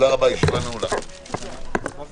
הישיבה ננעלה בשעה 11:40.